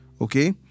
Okay